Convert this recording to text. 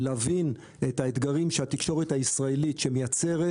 להבין את האתגרים שהתקשורת הישראלית שמייצרת